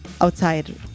outside